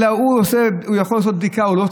אלא הוא יכול לעשות בדיקה,